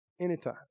anytime